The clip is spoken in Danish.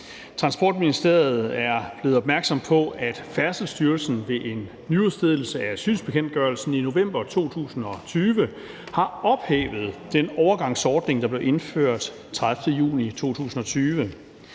Transportministeriet er blevet opmærksom på, at Færdselsstyrelsen ved en nyudstedelse af synsbekendtgørelsen i november 2020 har ophævet den overgangsordning, der blev indført den 30. juni 2020,